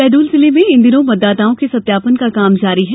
शहडोल जिले में इन दिनों मतदाताओं के सत्यापन का काम जारी है